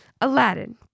Aladdin